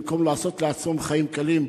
במקום לעשות לעצמן חיים קלים,